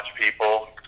people